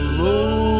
low